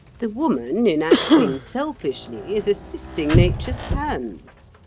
the woman, in acting selfishly, is assisting nature's plans.